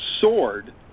sword